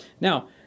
Now